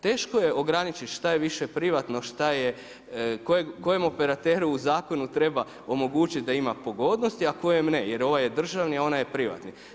Teško je ograničiti šta je više privatno, kojem operateru u zakonu treba omogućiti da ima pogodnosti, a kojem ne jer ovaj je državni, a onaj je privatni.